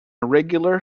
irregular